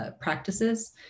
practices